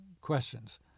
questions